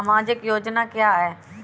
सामाजिक योजना क्या है?